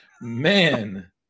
Man